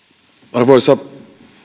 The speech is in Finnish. arvoisa